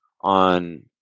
on